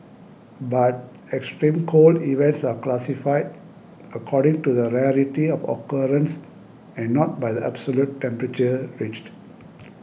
but extreme cold events are classified according to the rarity of occurrence and not by the absolute temperature reached